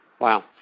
Wow